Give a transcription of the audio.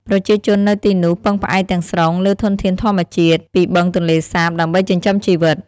ប្រជាជននៅទីនោះពឹងផ្អែកទាំងស្រុងលើធនធានធម្មជាតិពីបឹងទន្លេសាបដើម្បីចិញ្ចឹមជីវិត។